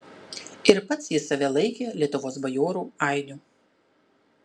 ir pats jis save laikė lietuvos bajorų ainiu